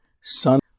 son